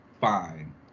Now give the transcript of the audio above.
fine